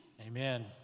Amen